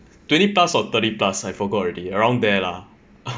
twenty plus or thirty plus I forgot already around there lah